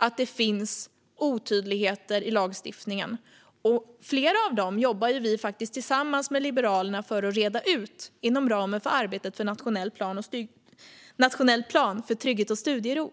att det finns otydligheter i lagstiftningen. Och vi jobbar faktiskt tillsammans med Liberalerna för att reda ut flera av dem inom ramen för arbetet för nationell plan för trygghet och studiero.